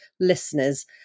listeners